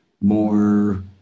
more